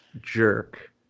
jerk